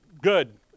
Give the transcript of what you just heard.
Good